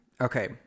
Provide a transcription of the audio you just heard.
Okay